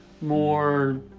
more